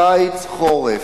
קיץ, חורף,